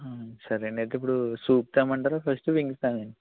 సరే అండి అయితే ఇప్పుడు సూప్ తెమ్మంటారా ఫస్టు వింగ్స్ తేనా